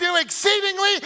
exceedingly